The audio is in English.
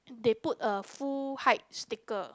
they put a full height sticker